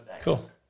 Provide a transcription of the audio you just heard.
Cool